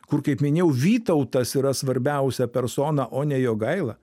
kur kaip minėjau vytautas yra svarbiausia persona o ne jogaila